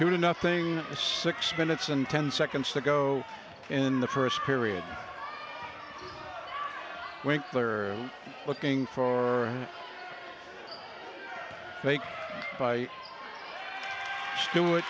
is nothing six minutes and ten seconds to go in the first period when they're looking for fake by do it